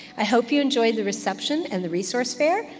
i hope you enjoy the reception and the resource fair,